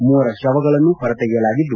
ಮೂವರ ಶವಗಳನ್ನು ಹೊರತೆಗೆಯಲಾಗಿತ್ತು